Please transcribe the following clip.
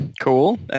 cool